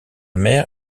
mère